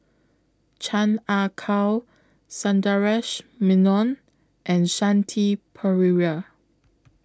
Chan Ah Kow Sundaresh Menon and Shanti Pereira